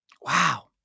wow